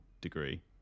degree